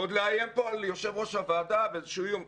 ועוד לאיים פה על יושב-ראש הוועדה באיזשהו איום.